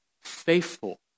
Faithful